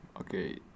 okay